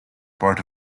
part